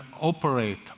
operate